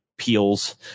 peels